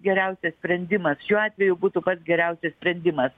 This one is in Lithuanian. geriausias sprendimas šiuo atveju būtų pats geriausias sprendimas